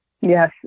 yes